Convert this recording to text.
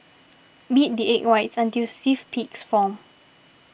beat the egg whites until stiff peaks form